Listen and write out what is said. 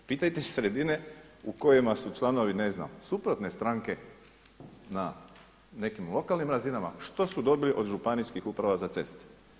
Pitajte sredine u kojima su članovi ne znam suprotne stranke na nekim lokalnim razinama što su dobili od županijskih uprava za ceste.